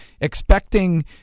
expecting